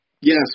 Yes